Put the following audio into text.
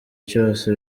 cyose